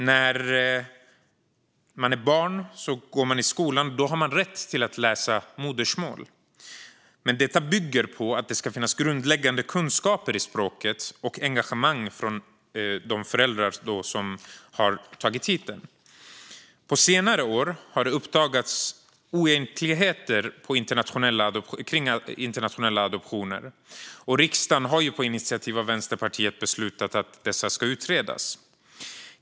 När man är barn och går i skolan har man rätt att läsa modersmål. Men detta bygger på att det ska finnas grundläggande kunskaper i språket och engagemang från de föräldrar som har tagit hit dem. På senare år har det uppdagats oegentligheter kring internationella adoptioner. Riksdagen har på initiativ av Vänsterpartiet beslutat att dessa adoptioner ska utredas.